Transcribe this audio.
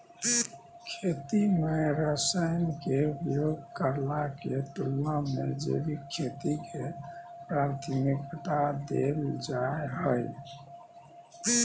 खेती में रसायन के उपयोग करला के तुलना में जैविक खेती के प्राथमिकता दैल जाय हय